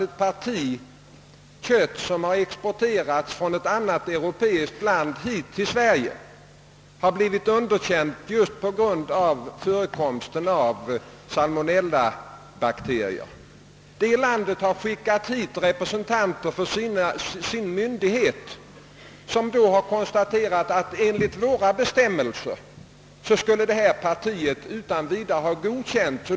Ett parti kött som exporterades från ett annat europeiskt land till Sverige underkändes just på grund av förekomsten av salmonellabakterier. Det landet skickade hit representanter för sin myndighet vilka konstaterade att »enligt våra bestämmelser skulle detta parti utan vidare ha godkänts».